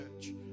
church